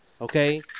okay